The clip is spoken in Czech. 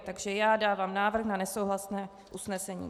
Takže já dávám návrh na nesouhlasné usnesení.